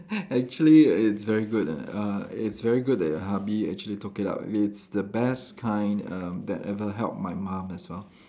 actually it's very good uh it's very good that your hubby actually took it up it's the best kind um that actually helped my mum as well